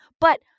But-